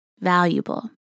valuable